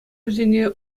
вӗсене